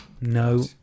No